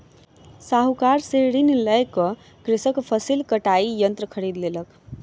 साहूकार से ऋण लय क कृषक फसिल कटाई यंत्र खरीद लेलक